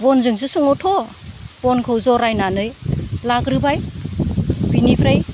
बनजोंसो सङोथ' बनखौ जरायनानै लाग्रोबाय बेनिफ्राय